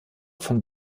von